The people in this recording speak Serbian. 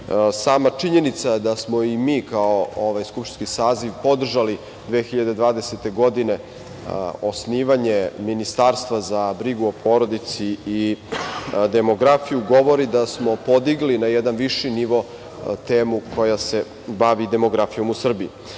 činjenica da smo i mi kao ovaj skupštinski saziv podržali 2020. godine osnivanje Ministarstva za brigu o porodici i demografiju govori da smo podigli na jedan viši nivo temu koja se bavi demografijom u Srbiji.